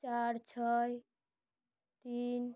চার ছয় তিন